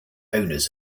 owners